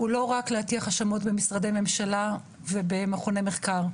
הוא לא רק להטיח האשמות במשרדי ממשלה ובמכוני מחקר.